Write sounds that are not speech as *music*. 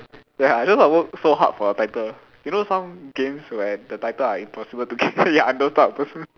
ya I just want to work so hard for a title you know some games where the title are in personal to game *laughs* ya I'm those type of person *laughs*